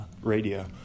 radio